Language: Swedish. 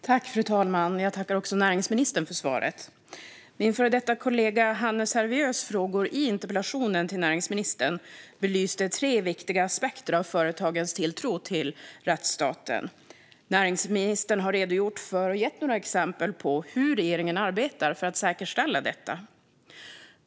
Fru talman! Jag tackar näringsministern för svaret! Min före detta kollega Hannes Hervieus frågor i interpellationen till näringsministern belyste tre viktiga aspekter av företagens tilltro till rättsstaten. Näringsministern har redogjort för och gett några exempel på hur regeringen arbetar för att säkerställa detta.